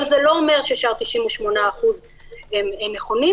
אבל זה לא אומר ששאר ה-98% הם נכונים,